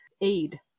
aid